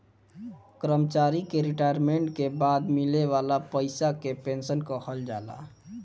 कर्मचारी के रिटायरमेंट के बाद मिले वाला पइसा के पेंशन कहल जाला